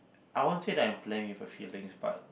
I won't say that I'm playing with her feelings but